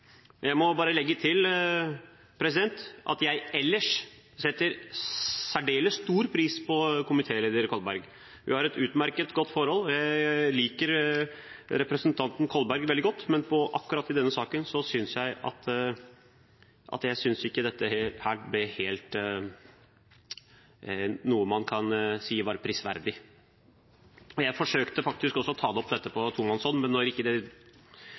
Jeg vil bare legge til at jeg ellers setter særdeles stor pris på komitéleder Kolberg. Vi har et utmerket, godt forhold. Jeg liker representanten Kolberg veldig godt, men akkurat i denne saken synes jeg at dette ikke er noe man kan si er prisverdig. Jeg forsøkte også å ta opp dette med ham på tomannshånd, men når det ikke førte til noe, måtte dette sies herfra. Når det